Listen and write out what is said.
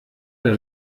der